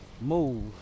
move